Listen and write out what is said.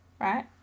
Right